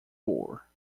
poor